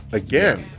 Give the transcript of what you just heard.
again